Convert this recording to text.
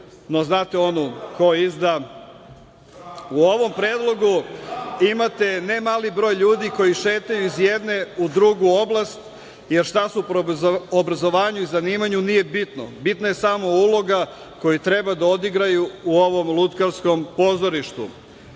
znate onu: „Ko izda…“U ovom predlogu imate ne mali broj ljudi koji šetaju iz jedne u drugu oblast jer šta su po obrazovanju i zanimanju nije bitno. Bitna je samo uloga koju treba da odigraju u ovom lutkarskom pozorištu.